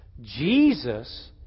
Jesus